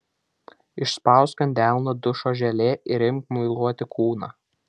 išspausk ant delno dušo želė ir imk muiluoti kūną